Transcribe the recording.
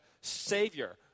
savior